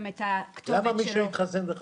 את הכתובת --- למה מי שהתחסן זה חשוב?